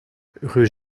rue